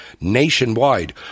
nationwide